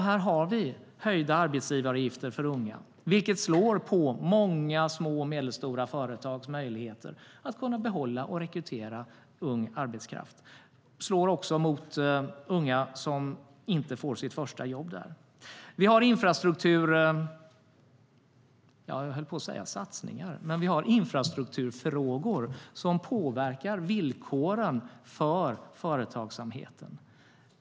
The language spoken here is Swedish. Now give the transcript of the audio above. Här finns höjda arbetsgivaravgifter för unga, vilket slår mot många små och medelstora företags möjlighet att behålla och rekrytera ung arbetskraft. Det slår också mot de unga som inte får sitt första jobb där. Vi har infrastrukturfrågor som påverkar villkoren för företagsamheten.